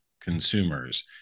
consumers